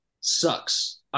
sucks